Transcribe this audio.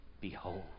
Behold